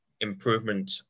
improvement